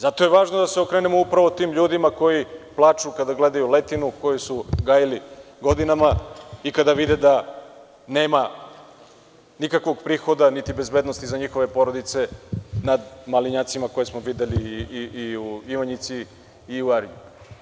Zato je važno da se okrenemo upravo tim ljudima koji plaču kada gledaju letinu koju su gajili godinama i kada vide da nema nikakvog prihoda, niti bezbednosti za njihove porodice nad malinjacima koje smo videli u Ivanjici i Arilju.